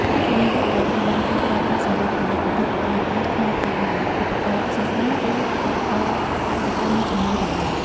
ក្រៅពីនេះ វាក៏ត្រូវបានគេប្រើប្រាស់សម្រាប់ផលិតវត្ថុប្រើប្រាស់ក្នុងផ្ទះបាយ ឧបករណ៍សាសនា ឬឧបករណ៍កសិកម្មមួយចំនួនផងដែរ។